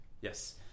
Yes